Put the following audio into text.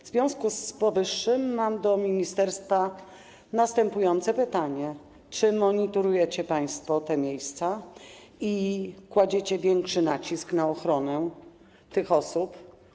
W związku z powyższym mam do ministerstwa następujące pytania: Czy monitorujecie państwo te miejsca i kładziecie większy nacisk na ochronę tych osób?